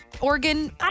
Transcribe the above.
organ